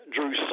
Drew